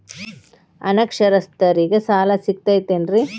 ಅನಕ್ಷರಸ್ಥರಿಗ ಸಾಲ ಸಿಗತೈತೇನ್ರಿ?